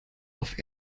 auf